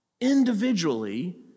individually